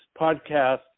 podcast